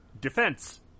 defense